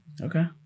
Okay